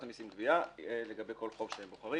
המסים (גבייה) לגבי כל חוק שהם בוחרים.